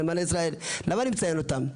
למה אני מציין אותן?